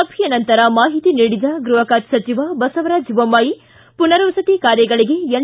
ಸಭೆಯ ನಂತರ ಮಾಹಿತಿ ನೀಡಿದ ಗೃಹ ಖಾತೆ ಸಚಿವ ಬಸವರಾಜ ಬೊಮ್ಮಾಯಿ ಪುರ್ನವಸತಿ ಕಾರ್ಯಗಳಿಗೆ ಎನ್